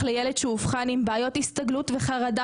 לילד שאובחן עם בעיות הסתגלות וחרדה?